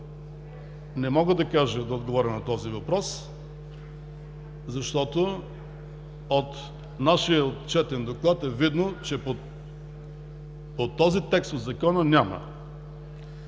Не мога да отговоря на този въпрос, защото от нашия отчетен доклад е видно, че по този текст от Закона няма.